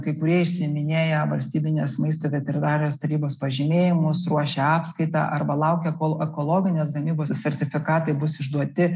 kai kurie išsiiminėja valstybinės maisto veterinarijos tarybos pažymėjimus ruošia apskaitą arba laukia kol ekologinės gamybos sertifikatai bus išduoti